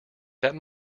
that